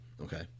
Okay